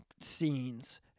scenes